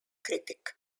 critique